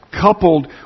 coupled